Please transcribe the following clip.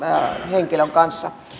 henkilön kanssa